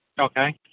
Okay